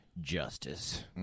Justice